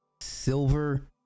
Silver